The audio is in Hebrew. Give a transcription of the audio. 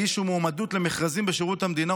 הגישו מועמדות למכרזים בשירות המדינה,